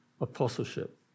apostleship